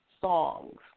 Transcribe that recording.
songs